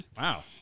wow